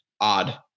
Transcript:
odd